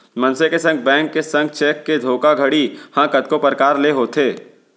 मनसे के संग, बेंक के संग चेक के धोखाघड़ी ह कतको परकार ले होथे